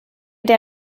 der